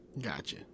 Gotcha